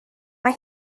mae